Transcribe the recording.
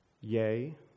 Yea